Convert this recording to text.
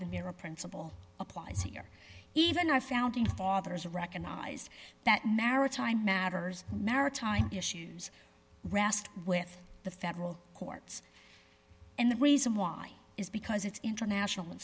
the mirror principle applies here even our founding fathers recognize that maritime matters maritime issues rest with the federal courts and the reason why is because it's international in